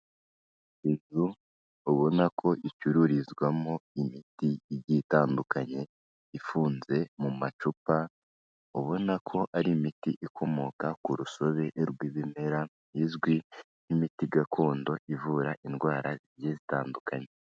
Inzu ubona ko icururizwamo imiti igiye itandukanye, ifunze mu macupa, ubona ko ari imiti ikomoka ku rusobe rw'ibimera izwi nk'imiti gakondo ivura indwara zigiye zitandukanye.